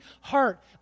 heart